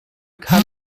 kann